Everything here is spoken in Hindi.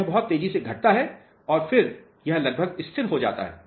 यह बहुत तेजी से घटता है और फिर यह लगभग स्थिर हो जाता है